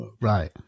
Right